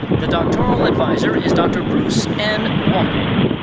the doctoral adviser is dr. bruce n. walker.